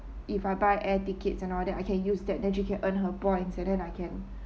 if I buy air tickets and all that I can use that then she can earn her points and then I can